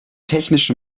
technisch